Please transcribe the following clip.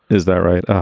is that right? ah